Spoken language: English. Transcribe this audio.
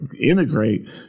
integrate